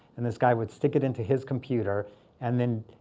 and this guy would stick it into his computer and then